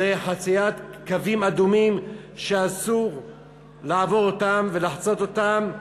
זו חציית קווים אדומים שאסור לעבור אותם ולחצות אותם.